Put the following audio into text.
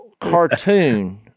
cartoon